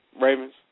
Ravens